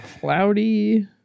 cloudy